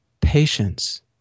patience